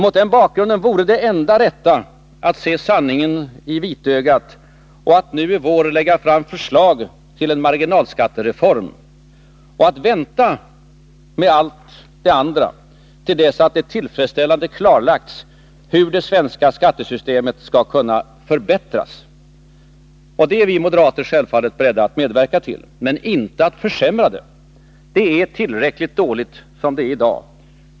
Mot den bakgrunden vore det enda rätta att se sanningen i vitögat och att nu i vår lägga fram förslag till marginalskattereform och vänta med allt det övriga till dess att det tillfredsställande klarlagts hur det svenska skattesystemet skall kunna förbättras. Det är vi moderater självfallet beredda att medverka till men inte till att försämra det. Det är tillräckligt dåligt som det är.